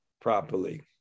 properly